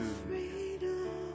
freedom